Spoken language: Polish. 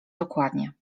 dokładnie